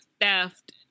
theft